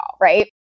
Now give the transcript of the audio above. right